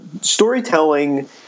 storytelling